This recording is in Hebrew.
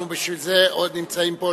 אנחנו בשביל זה נמצאים פה,